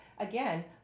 Again